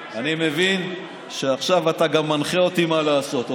אני מבין שעכשיו אתה גם מנחה אותי מה לעשות.